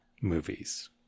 movies